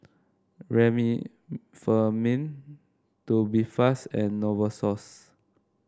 Remifemin Tubifast and Novosource